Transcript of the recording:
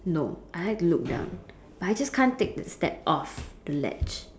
no I had to look down but I just can't take the step off the ledge